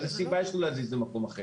איזו סיבה יש לו להזיז למקום אחר?